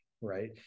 right